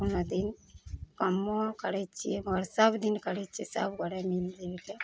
कोनो दिन कमो करै छियै मगर सब दिन करै छियै सबगोड़े मिल जुलिके